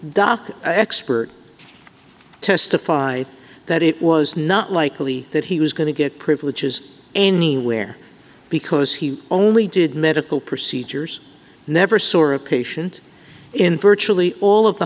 own expert testify that it was not likely that he was going to get privileges anywhere because he only did medical procedures never sore a patient in virtually all of the